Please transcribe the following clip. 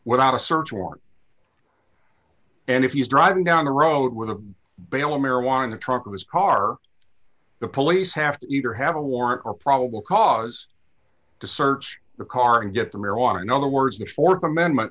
without a search warrant and if he's driving down the road with a bale of marijuana truck was car the police have to either have a warrant or probable cause to search the car and get the marijuana in other words the th amendment